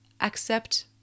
accept